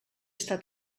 està